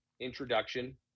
introduction